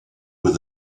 with